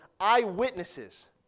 eyewitnesses